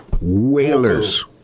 Whalers